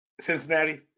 Cincinnati